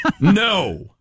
No